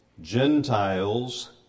Gentiles